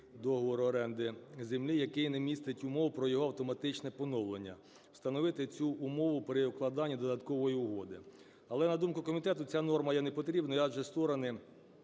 договору оренди землі, який не містить умов про його автоматичне поновлення, встановити цю умову при укладанні додаткової угоди. Але, на думку комітету, ця норма є непотрібною, адже створені